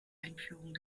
einführung